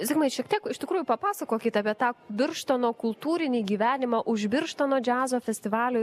zigmai šiek tiek iš tikrųjų papasakokit apie tą birštono kultūrinį gyvenimą už birštono džiazo festivalio